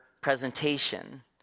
presentation